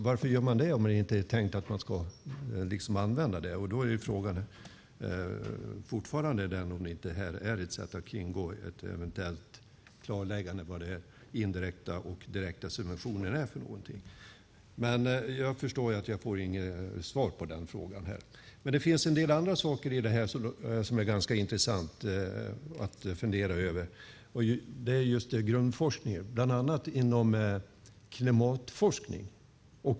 Varför gör man det om det inte är tänkt att man ska använda det? Frågan är fortfarande om det inte är ett sätt att kringgå ett eventuellt klarläggande om vad indirekta och direkta subventioner är för någonting. Jag förstår att jag inte får något svar på den frågan här. Det finns en del andra saker i detta som är ganska intressant att fundera över. Det gäller grundforskning och klimatforskning.